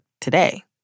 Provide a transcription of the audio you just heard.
today